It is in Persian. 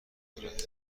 دارد